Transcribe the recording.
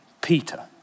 Peter